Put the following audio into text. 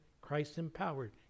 Christ-empowered